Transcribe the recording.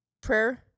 prayer